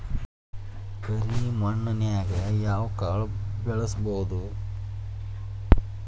ಕರೆ ಮಣ್ಣನ್ಯಾಗ್ ಯಾವ ಕಾಳ ಬೆಳ್ಸಬೋದು?